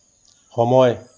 সময়